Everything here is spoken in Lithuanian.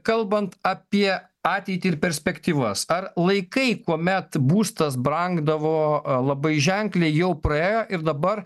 kalbant apie ateitį ir perspektyvas ar laikai kuomet būstas brangdavo labai ženkliai jau praėjo ir dabar